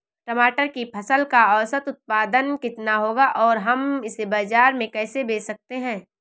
टमाटर की फसल का औसत उत्पादन कितना होगा और हम इसे बाजार में कैसे बेच सकते हैं?